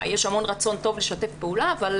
יש המון רצון טוב לשתף פעולה, אבל